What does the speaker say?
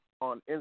on